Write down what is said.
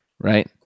right